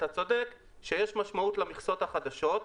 אתה צודק שיש משמעות למכסות החדשות,